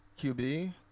QB